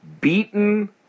beaten